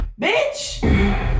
bitch